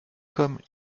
comme